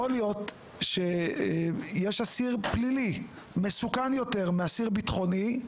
יכול להיות שיש אסיר פלילי מסוכן יותר מאסיר בטחוני,